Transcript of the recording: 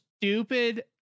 stupid